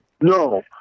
no